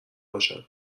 باشم